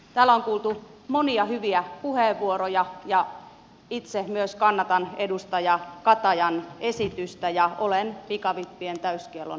täällä on kuultu monia hyviä puheenvuoroja ja itse myös kannatan edustaja katajan esitystä ja olen pikavippien täyskiellon kannalla